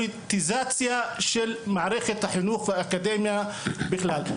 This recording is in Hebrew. ופוליטיזציה של מערכת החינוך והאקדמיה בכלל.